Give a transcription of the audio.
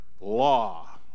law